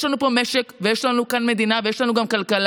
יש לנו פה משק ויש לנו כאן מדינה ויש לנו גם כלכלה.